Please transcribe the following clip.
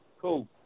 Cool